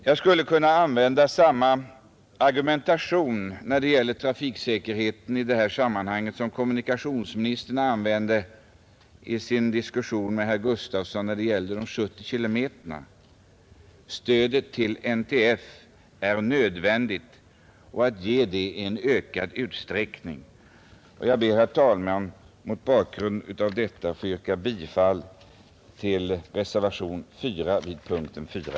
Jag skulle kunna använda samma argumentation när det gäller trafiksäkerheten i detta sammanhang som kommunikationsministern gjorde i sin diskussion med herr Gustafson i Göteborg om de 70 kilometerna: stödet till NTF är nödvändigt; det är också nödvändigt att ge det i ökad utsträckning. Herr talman! Mot bakgrund av detta ber jag att få yrka bifall till reservationen 4 vid punkten 4.